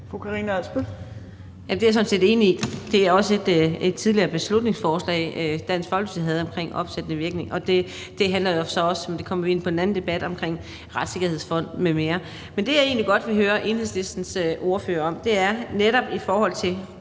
det er jeg sådan set enig i, og det har også tidligere været et beslutningsforslag, som Dansk Folkeparti havde, netop om opsættende virkning. Det handler jo så også om, men det kommer vi ind på i den anden debat, Retssikkerhedsfonden m.m. Men det, jeg egentlig godt vil høre Enhedslistens ordfører om, er netop i forhold til